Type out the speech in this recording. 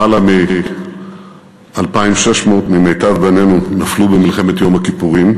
למעלה מ-2,600 ממיטב בנינו נפלו במלחמת יום הכיפורים,